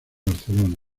barcelona